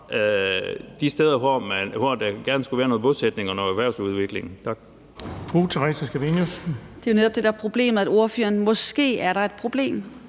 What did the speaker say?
de steder, hvor der gerne skulle være noget bosætning og en erhvervsudvikling.